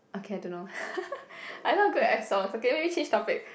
okay I don't know I not good at songs okay can we change topic